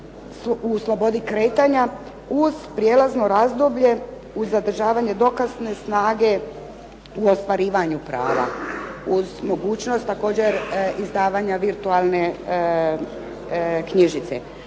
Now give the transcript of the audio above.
u slobodi kretanja uz prijelazno razdoblje uz zadržavanje dokazne snage u ostvarivanju prava. Uz mogućnost također izdavanja virtualnih knjižica.